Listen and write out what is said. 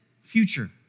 future